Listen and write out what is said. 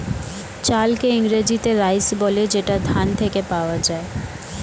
চালকে ইংরেজিতে রাইস বলে যেটা ধান থেকে পাওয়া যায়